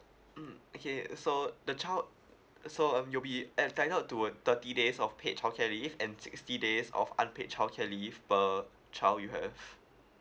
mm okay uh so the child uh so um you'll be entitled to a thirty days of paid childcare leave and sixty days of unpaid childcare leave per child you have